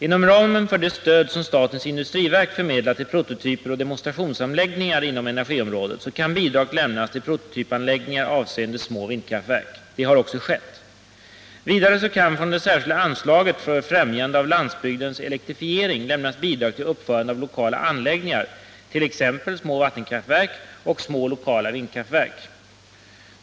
Inom ramen för det stöd som statens industriverk förmedlar till prototyper och demonstrationsanläggningar inom energiområdet kan bidrag lämnas till bl.a. prototypanläggningar avseende små vindkraftverk. Detta har också skett. : Vidare kan det från det särskilda anslaget för främjande av landsbygdens elektrifiering lämnas bidrag till uppförande av lokala anläggningar, t.ex. små vattenkraftverk och små lokala vindkraftverk.